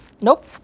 nope